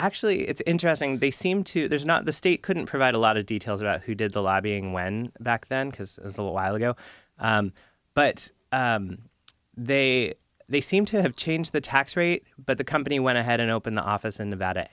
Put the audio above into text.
actually it's interesting they seem to there's not the state couldn't provide a lot of details about who did the lobbying when back then because as awhile ago but they they seem to have changed the tax rate but the company went ahead and open the office in nevada